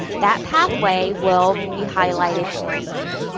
that pathway will be highlighted green.